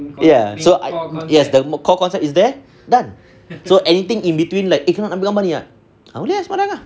ya so I yes the core concept is there done so anything in between like kau nak ambil gambar ni tak ah boleh ah sembarang